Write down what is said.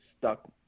stuck